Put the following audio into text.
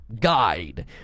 guide